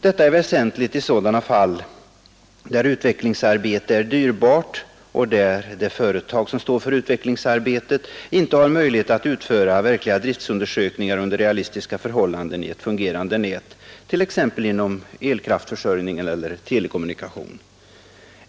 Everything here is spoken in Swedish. Detta är väsentligt i sådana fall där utvecklingsarbetet är dyrbart och där det företag som står för utvecklingsarbetet inte har möjlighet att utföra verkliga driftundersökningar under realistiska förhållanden i ett fungerande nät t.ex. inom elkraftsförsörjningen eller telekommunikationen.